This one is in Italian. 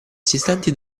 assistenti